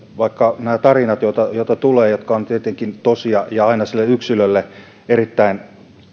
vaikka nämä tarinat joita joita tulee ovat tietenkin tosia ja aina sille yksilölle erittäin